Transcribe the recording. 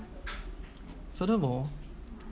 furthermore